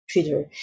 Twitter